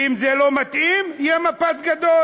ואם זה לא מתאים, יהיה מפץ גדול.